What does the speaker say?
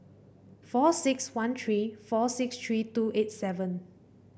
four six one three four six three two eight seven